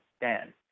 Dan